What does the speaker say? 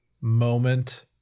moment